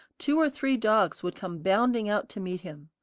two or three dogs would come bounding out to meet him.